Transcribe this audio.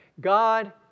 God